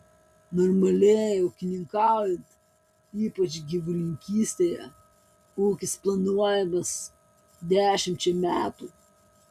normaliai ūkininkaujant ypač gyvulininkystėje ūkis planuojamas dešimčiai metų